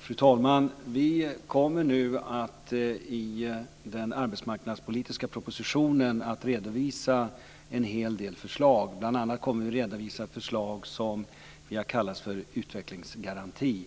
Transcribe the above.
Fru talman! Vi kommer nu att i den arbetsmarknadspolitiska propositionen redovisa en hel del förslag. Bl.a. kommer vi att redovisa ett förslag som vi har kallat för utvecklingsgaranti.